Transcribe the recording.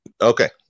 Okay